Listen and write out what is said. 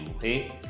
Hey